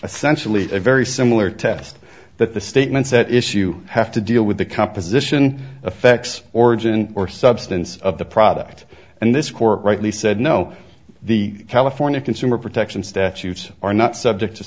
a centrally a very similar test that the statements that issue have to deal with the composition affects origin or substance of the product and this court rightly said no the california consumer protection statutes are not subject to